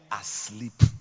asleep